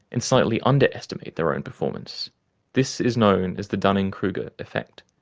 and slightly under-estimate their own performance this is known as the dunning-kruger effect.